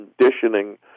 conditioning